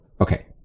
Okay